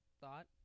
thought